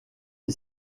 est